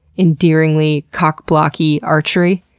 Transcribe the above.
endearingly cockblocky archery?